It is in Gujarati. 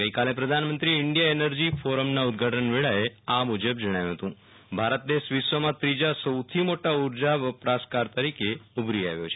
ગઈકાલે પ્રધાનમંત્રીએ ઈન્ડીયા એનર્જી ફોરમના ઉદઘાટન વેળાએ આ મુજબ જણાવ્યુ હતું ભારત દેશ વિશ્વમાં ત્રીજા સૌથી મોટા ઉર્જા વપરાશકાર તરીકે ઉભરી આવ્યો છે